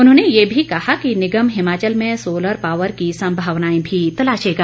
उन्होंने ये भी कहा कि निगम हिमाचल में सोलर पॉवर की सम्भावनाएं भी तलाशेगा